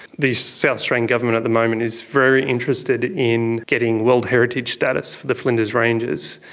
the south australian government at the moment is very interested in getting world heritage status for the flinders ranges.